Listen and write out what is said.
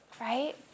right